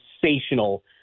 sensational